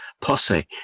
posse